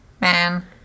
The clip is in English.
man